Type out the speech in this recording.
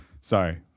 Sorry